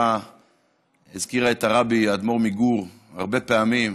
והזכירה את האדמו"ר מגור הרבה פעמים,